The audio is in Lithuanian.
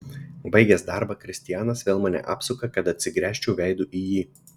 baigęs darbą kristianas vėl mane apsuka kad atsigręžčiau veidu į jį